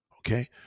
Okay